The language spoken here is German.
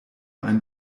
ein